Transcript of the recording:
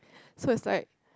so it's like